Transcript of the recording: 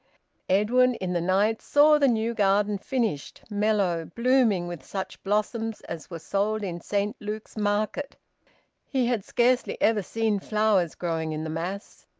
edwin in the night saw the new garden finished, mellow, blooming with such blossoms as were sold in saint luke's market he had scarcely ever seen flowers growing in the mass.